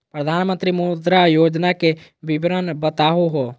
प्रधानमंत्री मुद्रा योजना के विवरण बताहु हो?